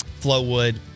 Flowwood